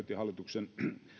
hallituksen